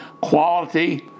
quality